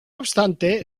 obstante